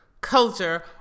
culture